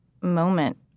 moment